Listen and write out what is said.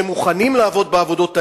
שמוכנים לעבוד בעבודות האלה,